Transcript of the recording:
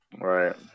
Right